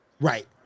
Right